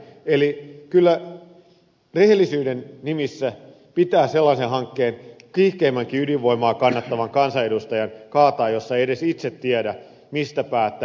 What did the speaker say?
eli kyllä rehellisyyden nimissä pitää kiihkeimmänkin ydinvoimaa kannattavan kansanedustajan kaataa sellainen hanke josta ei edes itse tiedä mistä päättää